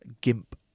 GIMP